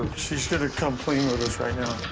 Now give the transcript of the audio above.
she's going to come clean with us right now.